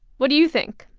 what do you think?